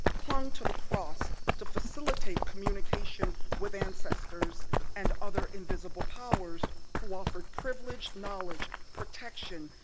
clung to the cross to facilitate communication with ancestors and other invisible powers who offered privileged knowledge, protection,